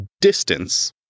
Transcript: distance